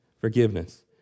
forgiveness